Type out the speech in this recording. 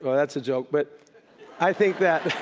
that's a joke but i think that